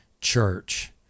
church